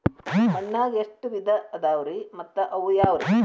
ಮಣ್ಣಾಗ ಎಷ್ಟ ವಿಧ ಇದಾವ್ರಿ ಮತ್ತ ಅವು ಯಾವ್ರೇ?